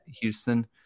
Houston